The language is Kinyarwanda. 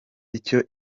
icyo